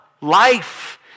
life